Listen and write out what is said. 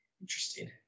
interesting